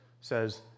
says